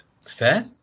Fair